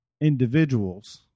individuals